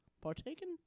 partaken